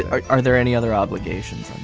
are are there any other obligations.